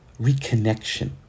reconnection